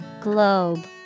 Globe